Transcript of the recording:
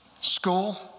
school